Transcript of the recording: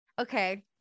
Okay